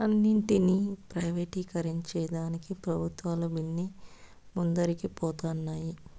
అన్నింటినీ ప్రైవేటీకరించేదానికి పెబుత్వాలు బిన్నే ముందరికి పోతన్నాయి